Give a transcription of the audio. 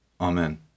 Amen